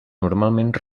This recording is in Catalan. normalment